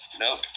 nope